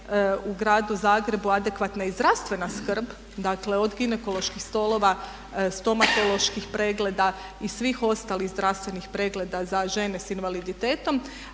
u gradu Zagreb adekvatna i zdravstvena skrb, dakle od ginekoloških stolova, stomatoloških pregleda i svih ostalih zdravstvenih pregleda za žene sa invaliditetom